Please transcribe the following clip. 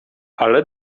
ale